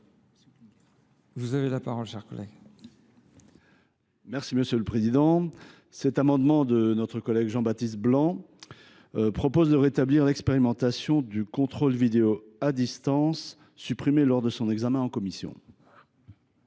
Vous avez la parole, chers collègues. Merci Monsieur le Président. Cet amendement de notre collègue Jean-Baptiste Blanc propose de rétablir l'expérimentation du contrôle vidéo à distance supprimé lors de son examen en commission.